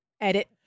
edit